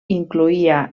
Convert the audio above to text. incloïa